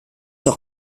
auch